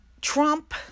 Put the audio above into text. Trump